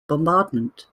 bombardment